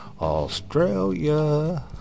Australia